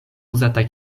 uzata